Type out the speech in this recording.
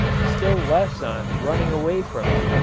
still less on running away from it,